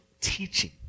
teaching